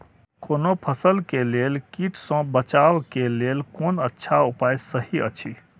कोनो फसल के लेल कीट सँ बचाव के लेल कोन अच्छा उपाय सहि अछि?